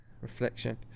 Reflection